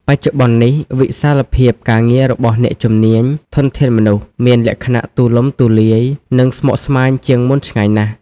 បច្ចុប្បន្ននេះ វិសាលភាពការងាររបស់អ្នកជំនាញ ធនធានមនុស្ស មានលក្ខណៈទូលំទូលាយ និងស្មុគស្មាញជាងមុនឆ្ងាយណាស់។